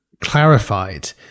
Clarified